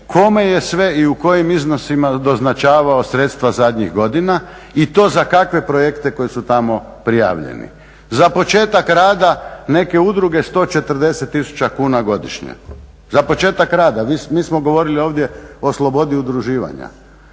kome je sve i u kojim iznosima doznačavao sredstva zadnjih godina i to za kakve projekte koji su tamo prijavljeni. Za početak rada neke udruge 140 tisuća kuna godišnje, za početak rada. Mi smo govorili ovdje o slobodi udruživanja.